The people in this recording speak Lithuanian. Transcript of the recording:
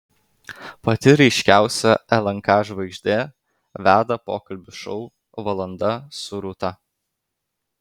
pati ryškiausia lnk žvaigždė veda pokalbių šou valanda su rūta